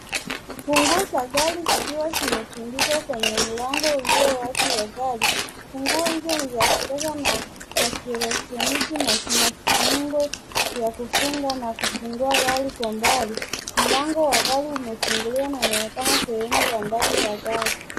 Funguo za gari zikiwa zimetundikwa kwenye mlango ulio wazi wa gari, funguo hizo ni za kisasa na za kielektroniki na zinafungo vya kufunga na kufungua gari kwa mbali, mlango wa gari umefunguliwa na unaonekana sehemu ya ndani ya gari.